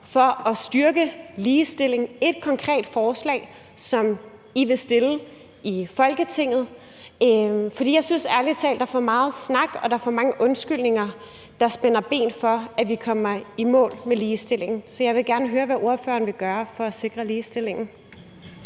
for at styrke ligestillingen – ét konkret forslag, som I vil fremsætte i Folketinget. Jeg synes ærlig talt, at der er for meget snak, og at der er for mange undskyldninger, der spænder ben for, at vi kommer i mål med ligestillingen. Så jeg vil gerne høre, hvad ordføreren vil gøre for at sikre ligestillingen.